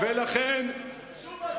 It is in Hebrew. שום אסון.